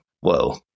whoa